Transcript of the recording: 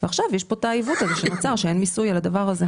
עכשיו יש את העיוות הזה שנוצר שאין מיסוי על דבר הזה.